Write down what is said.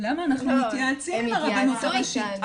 --- למה אנחנו מתייעצים עם הרבנות הראשית.